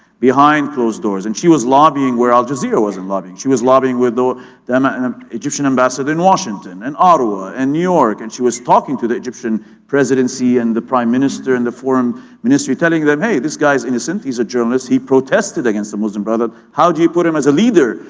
behind closed doors and she was lobbying where al jazeera wasn't lobbying. she was lobbying with the ah um egyptian ambassador in washington, and ottawa, ah and new york, and she was talking to the egyptian presidency and the prime minister and the foreign ministry, telling them, hey, this guy's innocent, he's a journalist, he protested against the muslim brotherhood, how do you put him as a leader,